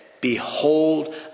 behold